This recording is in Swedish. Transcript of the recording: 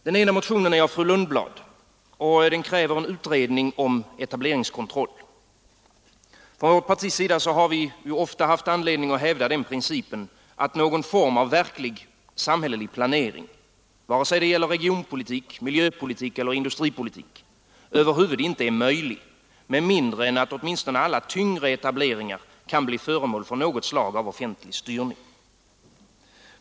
Den ena motionen är av fru Lundblad m.fl. och kräver utredning om etableringskontroll. Från vårt partis sida har vi ofta haft anledning att hävda den principen att någon form av verklig samhällelig planering vare sig det gäller regionpolitik, miljöpolitik eller industripolitik över huvud inte är möjlig med mindre än att åtminstone alla tyngre etableringar kan bli föremål för något slag av offentlig styrning.